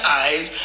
eyes